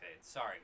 sorry